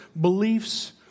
beliefs